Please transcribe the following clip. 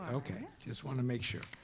okay, just want to make sure.